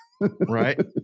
Right